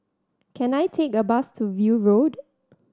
can I take a bus to View Road